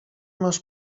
masz